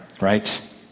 right